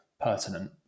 pertinent